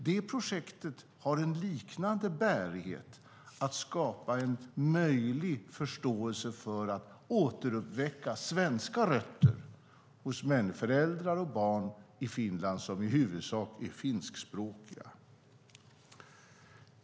Detta projekt har en liknande bärighet - att skapa en möjlig förståelse för att återuppväcka svenska rötter hos föräldrar och barn i Finland som i huvudsak är finskspråkiga.